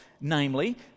namely